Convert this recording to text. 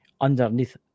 underneath